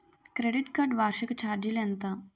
Credit card వార్షిక ఛార్జీలు ఎంత?